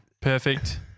Perfect